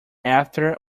after